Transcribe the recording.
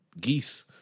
geese